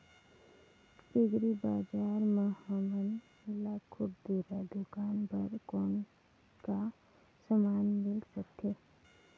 Agri बजार म हमन ला खुरदुरा दुकान बर कौन का समान मिल सकत हे?